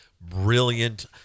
brilliant